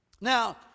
Now